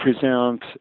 present